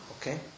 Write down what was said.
Okay